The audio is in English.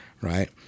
Right